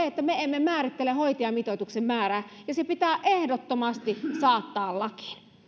että me emme määrittele hoitajamitoituksen määrää ja se pitää ehdottomasti saattaa